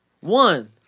one